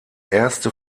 erste